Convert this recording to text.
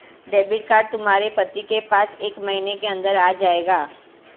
debit card तुम्हारे पति के पास एक महीने के अंदर आ जाएगा